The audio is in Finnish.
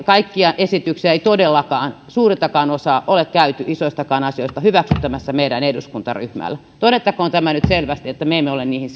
kaikkia esityksiä ei todellakaan suurintakaan osaa ole käyty isoistakaan asioista hyväksyttämässä meidän eduskuntaryhmällä todettakoon tämä nyt selvästi että me emme ole niihin